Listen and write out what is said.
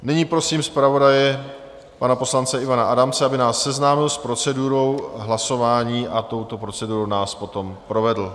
Nyní prosím zpravodaje pana poslance Ivana Adamce, aby nás seznámil s procedurou hlasování a touto procedurou nás potom provedl.